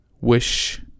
wish